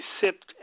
sipped